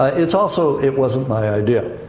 it's also, it wasn't my idea,